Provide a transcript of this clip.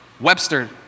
Webster